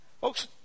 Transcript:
Folks